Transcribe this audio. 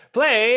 Play